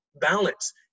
balance